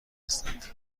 هستند